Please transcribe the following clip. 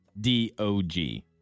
D-O-G